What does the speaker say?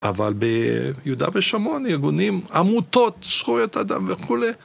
אבל ביהודה ושןמרון, ארגונים, עמותות, זכויות אדם וכולי